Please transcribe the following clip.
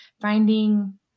finding